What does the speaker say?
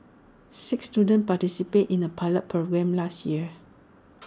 six students participated in A pilot programme last year